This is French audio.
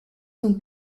son